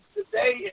today